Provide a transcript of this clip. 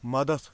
مَدد